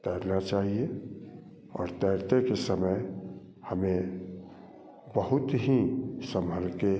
तैरना चाहिए और तैरते के समय हमें बहुत ही संभल के